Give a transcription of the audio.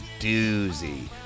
doozy